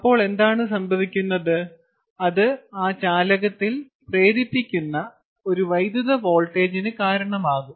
അപ്പോൾ എന്താണ് സംഭവിക്കുന്നത് അത് ആ ചാലകത്തിൽ പ്രേരിപ്പിക്കുന്ന ഒരു വൈദ്യുത വോൾട്ടേജിന് കാരണമാകും